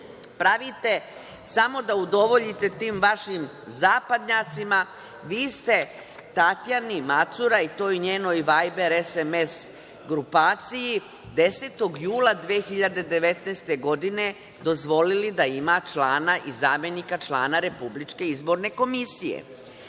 pravite samo da udovoljite tim vašim zapadnjacima, vi ste Tatjani Macura i toj njenoj „vajber“, SMS grupaciji 10. jula 2019. godine, dozvolili da ima člana i zamenika člana RIK i taj čovek nije